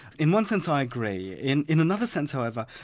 in one sense, i agree. in in another sense however,